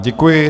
Děkuji.